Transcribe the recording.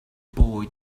boy